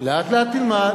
תלמד, לאט לאט תלמד.